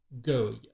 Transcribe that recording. go